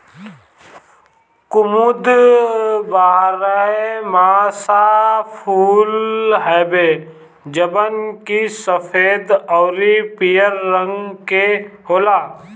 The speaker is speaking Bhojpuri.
कुमुद बारहमासा फूल हवे जवन की सफ़ेद अउरी पियर रंग के होला